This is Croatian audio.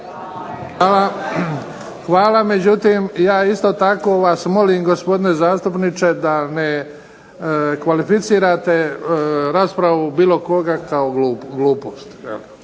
Hvala. Međutim ja vas isto tako molim gospodine zastupniče da ne kvalificirate raspravu bilo koga kao glupost.